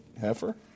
heifer